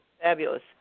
fabulous